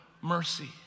mercy